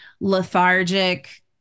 lethargic